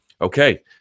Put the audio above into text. okay